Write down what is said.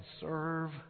serve